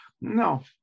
no